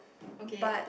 okay